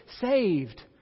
saved